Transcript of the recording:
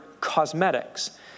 cosmetics